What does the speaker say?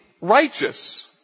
righteous